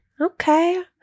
Okay